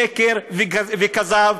שקר וכזב.